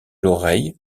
l’oreille